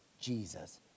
Jesus